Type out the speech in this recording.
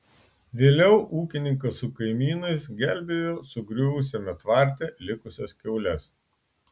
vėliau ūkininkas su kaimynais gelbėjo sugriuvusiame tvarte likusias kiaules